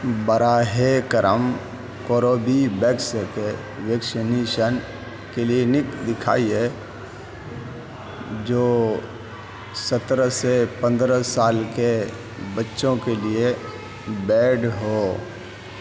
براہ کرم Corbevax کے ویکسینیشن کلینک دکھائیے جو سترہ سے پندرہ سال کے بچوں کے لیے پیڈ ہو